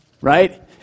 Right